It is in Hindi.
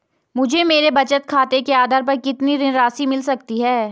मुझे मेरे बचत खाते के आधार पर कितनी ऋण राशि मिल सकती है?